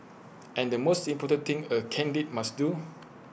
and the most important thing A caddie must do